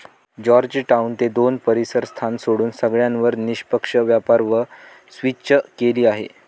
Georgetown ने दोन परीसर स्थान सोडून सगळ्यांवर निष्पक्ष व्यापार वर स्विच केलं आहे